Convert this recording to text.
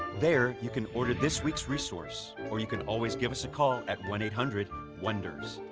there, you can order this week's resource or you can always give us a call at one eight hundred wonders.